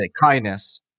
kindness